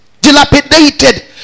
dilapidated